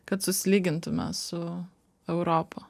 kad susilygintume su europa